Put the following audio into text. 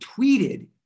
tweeted